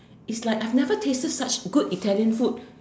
it's like I've never tasted such good Italian food